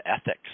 ethics